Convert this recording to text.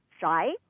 shy